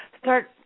Start